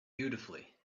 beautifully